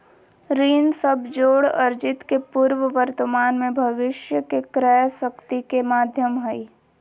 ऋण सब जोड़ अर्जित के पूर्व वर्तमान में भविष्य के क्रय शक्ति के माध्यम हइ